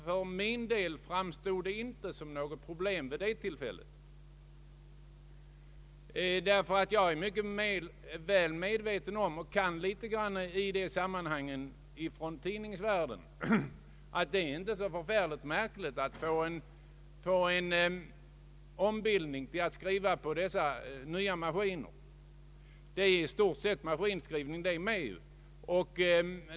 För mig framstod övergången inte som något problem vid det tillfället. Jag är nämligen väl medveten om på grundval av erfarenheter från tidningsvärlden att det inte är så förfärligt märkligt att skola om sig till att skriva på de nya maskinerna. I stort sett är det ju fortfarande fråga om maskinskrivning.